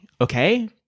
Okay